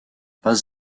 pas